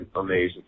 amazing